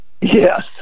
Yes